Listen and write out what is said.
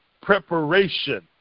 preparation